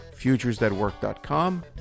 futuresthatwork.com